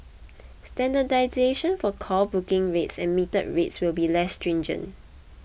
standardisation for call booking rates and metered rates will be less stringent